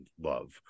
love